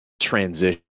transition